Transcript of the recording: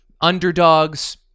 underdogs